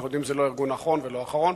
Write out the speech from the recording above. אנחנו יודעים שזה לא הארגון הראשון ולא האחרון.